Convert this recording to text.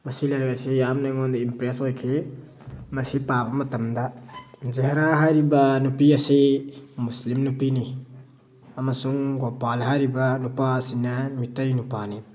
ꯃꯁꯤ ꯂꯥꯏꯔꯤꯛ ꯑꯁꯤ ꯌꯥꯝꯅ ꯑꯩꯉꯣꯟꯗ ꯏꯝꯄ꯭ꯔꯦꯁ ꯑꯣꯏꯈꯤ ꯃꯁꯤ ꯄꯥꯕ ꯃꯇꯝꯗ ꯖꯍꯦꯔꯥ ꯍꯥꯏꯔꯤꯕ ꯅꯨꯄꯤ ꯑꯁꯤ ꯃꯨꯁꯂꯤꯝ ꯅꯨꯄꯤꯅꯤ ꯑꯃꯁꯨꯡ ꯒꯣꯄꯥꯜ ꯍꯥꯏꯔꯤꯕ ꯅꯨꯄꯥ ꯑꯁꯤꯅ ꯃꯩꯇꯩ ꯅꯨꯄꯥꯅꯤ